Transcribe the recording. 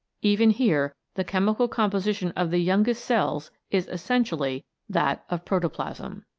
even here the chemical com position of the youngest cells is essentially that of protoplasm.